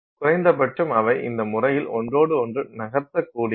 குறைந்தபட்சம் அவை இந்த முறையில் ஒன்றொடு ஒன்று நகர்த்தகூடியது